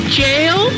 jail